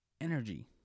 energy